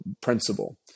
principle